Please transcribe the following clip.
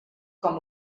com